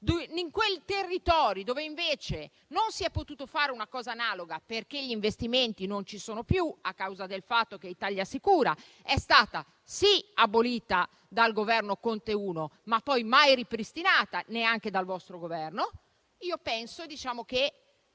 in altri territori, invece, non si è potuto fare qualcosa di analogo, perché gli investimenti non ci sono più, a causa del fatto che Italiasicura è stata, sì, abolita dal primo Governo Conte, ma poi mai ripristinata neanche dal vostro Esecutivo. Io penso che